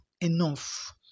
enough